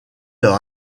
leur